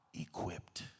equipped